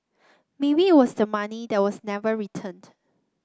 maybe it was the money that was never returned